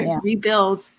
Rebuild